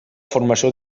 formació